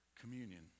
Communion